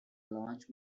launch